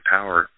Power